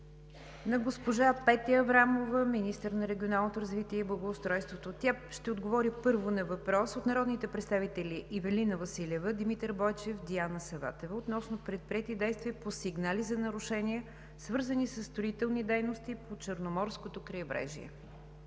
на госпожа Петя Аврамова – министър на регионалното развитие и благоустройството. Тя ще отговори първо на въпрос от народните представители Ивелина Василева, Димитър Бойчев и Диана Саватева относно предприети действия по сигнали за нарушения, свързани със строителни дейности по Черноморското крайбрежие.